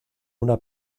una